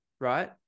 Right